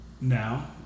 Now